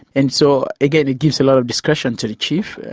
and so again, it gives a lot of discretion to the chief,